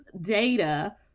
data